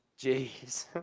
Jeez